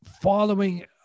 following